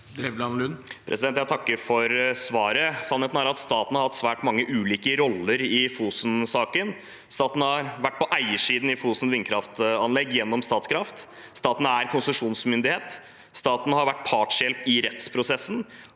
Jeg takker for svaret. Sannheten er at staten har hatt svært mange ulike roller i Fosen-saken. Staten har vært på eiersiden i Fosen vindkraftanlegg gjennom Statkraft. Staten er konsesjonsmyndighet. Staten har vært partshjelp i rettsprosessen,